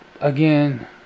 again